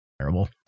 terrible